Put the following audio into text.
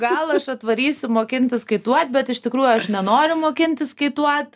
gal aš atvarysiu mokintis kaituot bet iš tikrųjų aš nenoriu mokintis kaituot